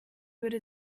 würde